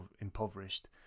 impoverished